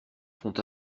font